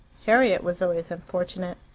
harriet was always unfortunate.